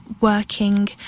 working